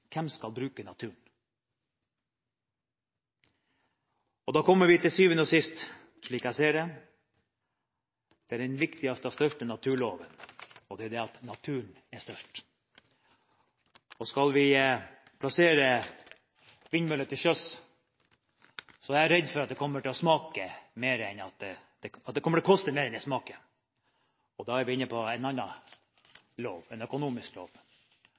Hvem skal bruke naturen? Da kommer vi til syvende og sist, slik jeg ser det, til den viktigste og største naturloven – og det er at naturen er størst. Skal vi plassere vindmøller til sjøs, er jeg redd for at det kommer til å koste mer enn det smaker. Da er vi inne på en annen lov, en økonomisk lov, og det kommer til å koste for mye for oss. Johnny Ingebrigtsen fra Finnmark var inne på